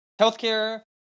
Healthcare